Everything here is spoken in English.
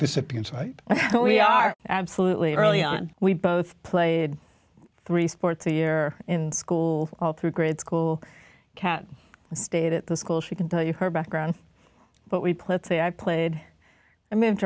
disciplines right now we are absolutely early on we both played three sports a year in school all through grade school cat stayed at the school she can tell you her background but we played say i played i moved